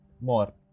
more